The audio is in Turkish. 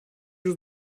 yüz